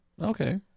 Okay